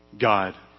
God